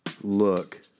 look